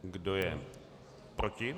Kdo je proti?